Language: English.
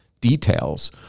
details